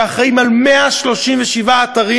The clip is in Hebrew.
שאחראי ל-137 אתרים.